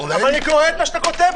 אולי אני --- אני קורא מה שאתה כותב,